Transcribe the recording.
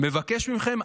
מבקש מכם,